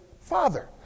father